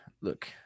look